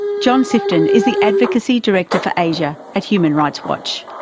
john sifton is the advocacy director for asia at human rights watch.